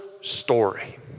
story